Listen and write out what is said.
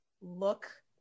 look